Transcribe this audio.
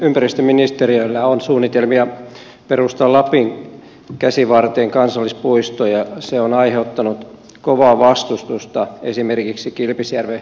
ympäristöministeriöllä on suunnitelmia perustaa lapin käsivarteen kansallispuisto ja se on aiheuttanut kovaa vastustusta esimerkiksi kilpisjärven asukkaissa